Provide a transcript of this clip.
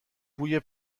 بوی